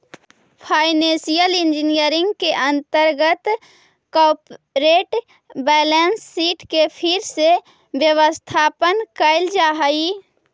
financial engineering के अंतर्गत corporate balance sheet के फिर से व्यवस्थापन कैल जा हई